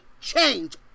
change